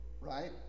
right